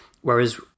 whereas